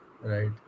right